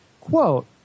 Quote